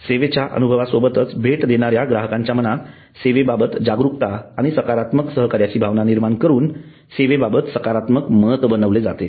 सेवेच्या अनुभवासोबतच भेट देणाऱ्या ग्राहकांच्या मनात सेवेबाबत जागरूकता आणि सकारात्मक सहकार्याची भावना निर्माण करून सेवेबाबत सकारात्मक मत बनविले जाते